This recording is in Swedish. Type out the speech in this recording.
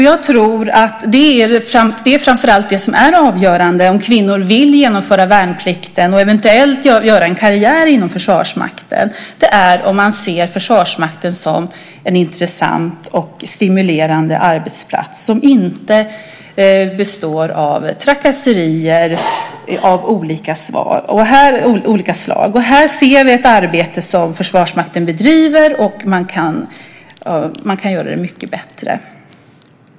Jag tror att det som framför allt är avgörande om kvinnor ska genomföra värnplikten och eventuellt göra en karriär inom Försvarsmakten är om man ser Försvarsmakten som en intressant och stimulerande arbetsplats där det inte förekommer trakasserier av olika slag. Här ser vi att Försvarsmakten bedriver ett arbete, och man kan göra det mycket bättre.